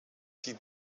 die